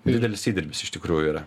didelis įdirbis iš tikrųjų yra